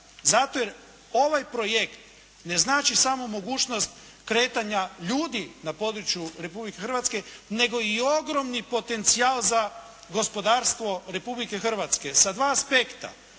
zato jer ovaj projekt ne znači samo mogućnost kretanja ljudi na području Republike Hrvatske nego i ogromni potencijal za gospodarstvo Republike Hrvatske sa dva aspekta.